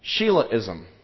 Sheilaism